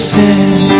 sin